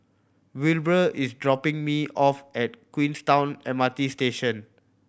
Wilbur is dropping me off at Queenstown M R T Station